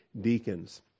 deacons